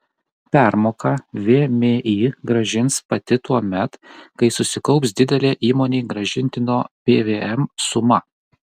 permoką vmi grąžins pati tuomet kai susikaups didelė įmonei grąžintino pvm suma